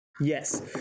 Yes